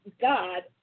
God